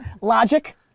Logic